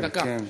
דקה.